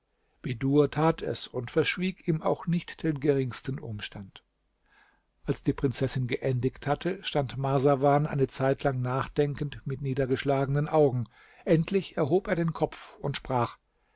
bedur tat es und verschwieg ihm auch nicht den geringsten umstand als die prinzessin geendigt hatte stand marsawan eine zeitlang nachdenkend mit niedergeschlagenen augen endlich erhob er den kopf und sprach